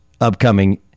upcoming